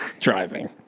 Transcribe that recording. Driving